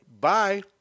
Bye